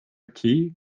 key